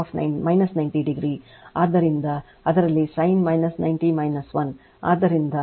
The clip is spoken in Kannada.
ಆದ್ದರಿಂದ ಅದರಲ್ಲಿ ಸೈನ್ 90 1